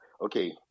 okay